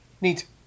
Neat